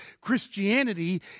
Christianity